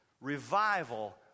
Revival